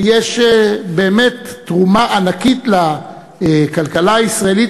יש באמת תרומה ענקית לכלכלה הישראלית,